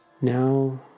now